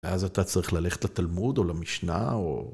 אז אתה צריך ללכת לתלמוד או למשנה או...